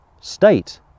state